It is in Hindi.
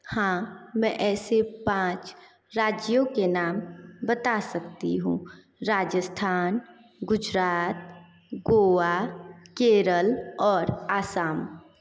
हाँ मैं ऐसे पाँच राज्यों के नाम बता सकती हूँ राजस्थान गुजरात गोआ केरल और असम